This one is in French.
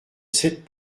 sept